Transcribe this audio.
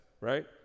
right